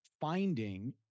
finding